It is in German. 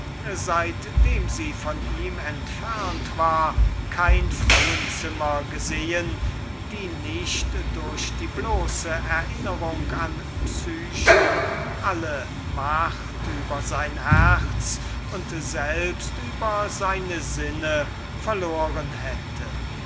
seitdem sie von ihm entfernt war kein frauenzimmer gesehen die nicht durch die bloße erinnerung an psyche alle macht über sein herz und selbst über seine sinnen verloren hätte